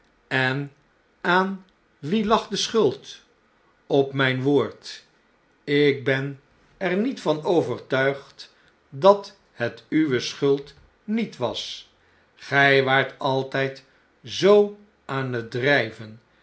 en aan wien lag de schuld op mn'n woord ik ben er niet van overtuigd dat het uwe schuld niet was gij waart altijd zoo aan t driven